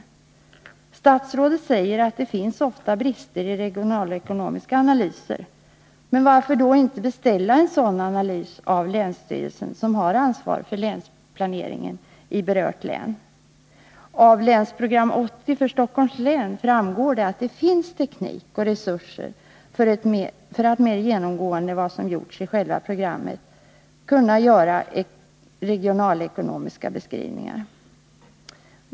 Statsrådet sade att det ofta finns brister i regionalekonomiska analyser, men varför då inte beställa en sådan analys av länsstyrelsen, som har ansvar för länsplaneringen i det berörda länet? Av Länsprogram 80 för Stockholms län framgår att det finns teknik och resurser för att mer genomgående än vad som gjorts i själva programmet åstadkomma regionalekonomiska beskrivningar.